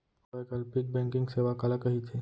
वैकल्पिक बैंकिंग सेवा काला कहिथे?